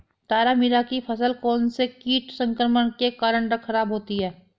तारामीरा की फसल कौनसे कीट संक्रमण के कारण खराब होती है?